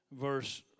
verse